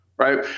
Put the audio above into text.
Right